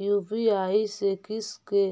UPI से किसी के